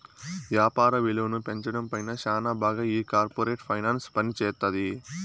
యాపార విలువను పెంచడం పైన శ్యానా బాగా ఈ కార్పోరేట్ ఫైనాన్స్ పనిజేత్తది